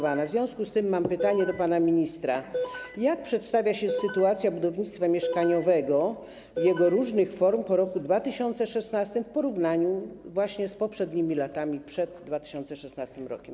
W związku z tym mam pytanie do pana ministra: Jak przedstawia się sytuacja budownictwa mieszkaniowego i jego różnych form po roku 2016 w porównaniu właśnie z poprzednimi latami przed 2016 r.